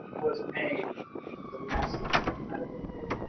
was made for messy medical